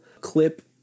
clip